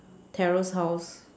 terrace house